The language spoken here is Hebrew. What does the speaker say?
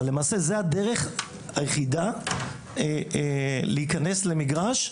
זו הדרך היחידה להיכנס למגרש,